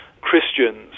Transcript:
christians